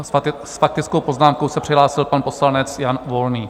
S faktickou poznámkou se přihlásil pan poslanec Jan Volný.